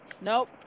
Nope